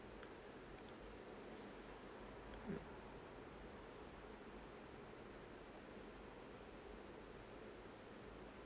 mm